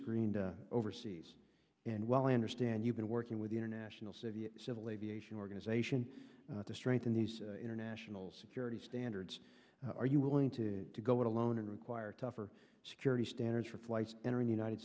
screened overseas and well i understand you've been working with the international civil aviation organization to strengthen these international security standards are you willing to go it alone and require tougher security standards for flights entering the united